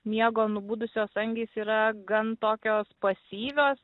miego nubudusios angys yra gan tokios pasyvios